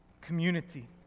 community